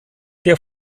der